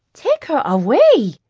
take her away,